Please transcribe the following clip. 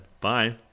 bye